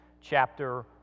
chapter